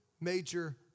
major